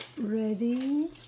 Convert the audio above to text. ready